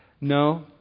No